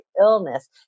illness